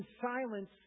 silence